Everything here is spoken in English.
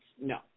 No